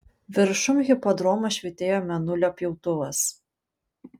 viršum hipodromo švytėjo mėnulio pjautuvas